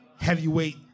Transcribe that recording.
heavyweight